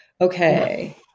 Okay